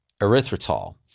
erythritol